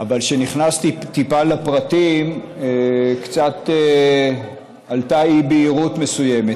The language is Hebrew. אבל כשנכנסתי טיפה לפרטים קצת עלתה אי-בהירות מסוימת.